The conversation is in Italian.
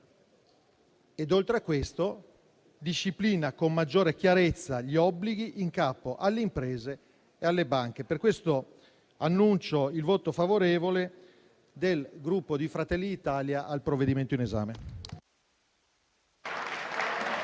Oltre a questo, disciplina con maggior chiarezza gli obblighi in capo alle imprese e alle banche. Per questo, annuncio il voto favorevole del Gruppo Fratelli d'Italia al provvedimento in esame.